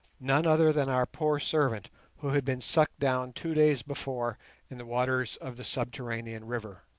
none other than our poor servant who had been sucked down two days before in the waters of the subterranean river.